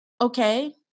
Okay